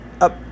up